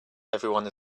everyone